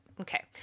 Okay